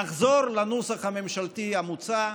נחזור לנוסח הממשלתי המוצע,